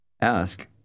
Ask